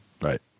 Right